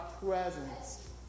presence